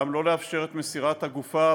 גם לא לאפשר את מסירת הגופה,